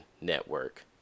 Network